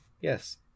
Yes